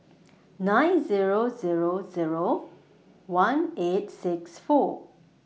nine Zero Zero Zero one eight six four